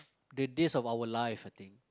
the days of our life I think